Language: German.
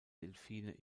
delfine